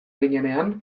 ginenean